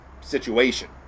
situation